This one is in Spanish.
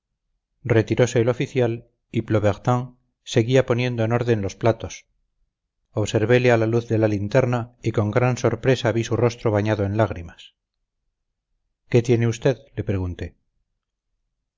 retirose el oficial y plobertin seguía poniendo en orden los platos observele a la luz de la linterna y con gran sorpresa vi su rostro bañado en lágrimas qué tiene usted le pregunté